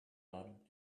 out